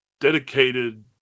dedicated